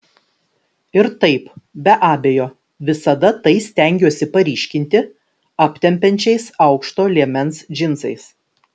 ir taip be abejo visada tai stengiuosi paryškinti aptempiančiais aukšto liemens džinsais